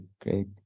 great